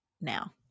now